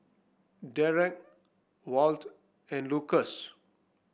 Dereck Walt and Lukas